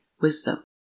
wisdom